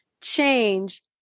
change